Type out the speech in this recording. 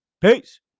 Peace